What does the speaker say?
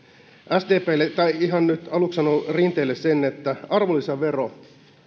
sdplle tai ihan nyt aluksi rinteelle sanon sen että arvonlisävero